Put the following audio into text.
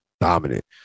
dominant